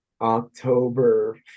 October